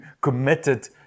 committed